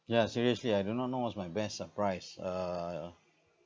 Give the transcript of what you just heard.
ya seriously I do not know what's my best surprise uh